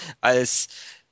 als